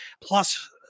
plus